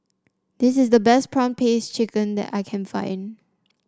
this is the best prawn paste chicken that I can find